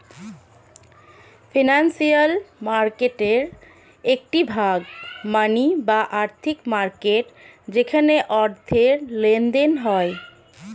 financial মার্কেটের একটি ভাগ মানি বা আর্থিক মার্কেট যেখানে অর্থের লেনদেন হয়